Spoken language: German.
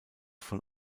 von